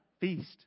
feast